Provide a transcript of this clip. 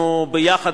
אנחנו ביחד,